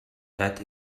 that